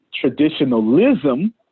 Traditionalism